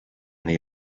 the